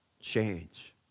change